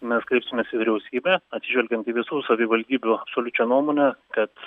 mes kreipsimės į vyriausybę atsižvelgiant į visų savivaldybių absoliučią nuomonę kad